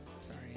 Sorry